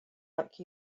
like